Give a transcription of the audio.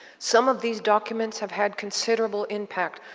some of these documents have had considerable impact,